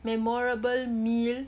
memorable meal